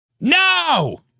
No